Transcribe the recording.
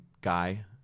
guy